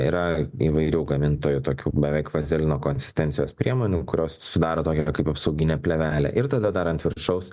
yra įvairių gamintojų tokių beveik vazelino konsistencijos priemonių kurios sudaro tokią apsauginę plėvelę ir tada dar ant viršaus